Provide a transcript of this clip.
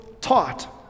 taught